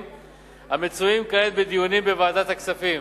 המצויים כעת בדיונים בוועדת הכספים.